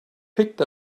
picked